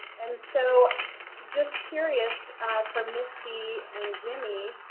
and so just curious for misty and jimmy,